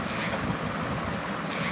শস্যকে ঠিক মতন চাহিদা বুঝে গুদাম রাখতে হয়